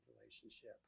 relationship